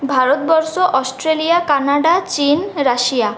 Bharatvarsha Australia Canada চিন Russia